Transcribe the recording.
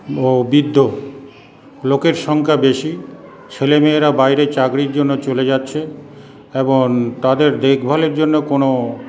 ও বৃদ্ধ লোকের সংখ্যা বেশি ছেলেমেয়েরা বাইরে চাকরির জন্য চলে যাচ্ছে এবং তাদের দেখভালের জন্য কোনো